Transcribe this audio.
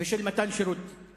ושל מתן שירותים.